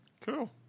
Cool